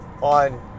on